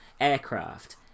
aircraft